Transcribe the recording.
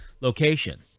location